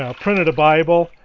um printed a bible,